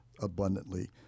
abundantly